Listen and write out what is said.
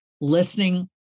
listening